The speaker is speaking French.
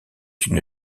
une